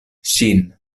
ŝin